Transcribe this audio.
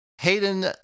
Hayden